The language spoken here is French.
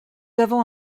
avons